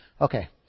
Okay